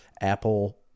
Apple